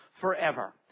forever